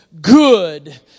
good